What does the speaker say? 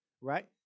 right